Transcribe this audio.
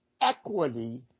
equity